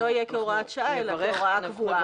וזה לא יהיה כהוראת שעה אלא כהוראה קבועה.